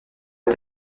est